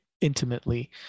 intimately